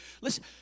Listen